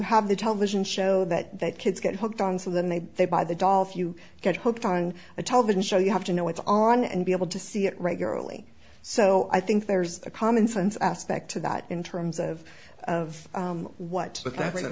have the television show that that kids get hooked on someone they they buy the doll few get hooked on a television show you have to know what's on and be able to see it regularly so i think there's a common sense aspect to that in terms of of what